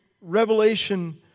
Revelation